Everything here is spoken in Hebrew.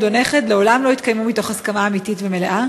או נכד לעולם לא יתקיימו מתוך הסכמה אמיתית ומלאה